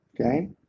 okay